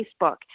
Facebook